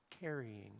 carrying